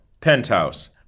Penthouse